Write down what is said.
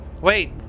Wait